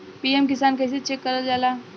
PM Kisan कइसे check करल जाला?